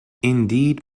indeed